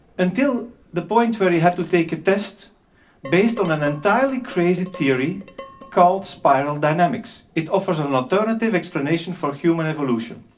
until the point where he had to take a test based on an entirely crazy theory called spiral dynamics. it offers an alternative explanation for human evolution.